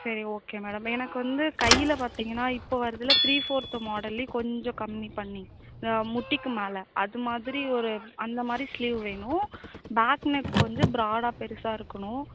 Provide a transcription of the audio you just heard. சரி okay madam எனக்கு வந்து கையில் பார்த்திங்கன்னா இப்போ வருதுல்ல த்ரீ ஃபோர்த் மாடல்லே கொஞ்சம் கம்மிப் பண்ணி இந்த முட்டிக்கு மேல் அது மாதிரி ஒரு அந்த மாதிரி ஸ்லீவ் வேணும் பேக் நெக் வந்து ப்ராடாக பெருசாக இருக்கனும்